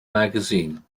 magazine